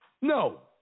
No